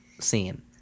scene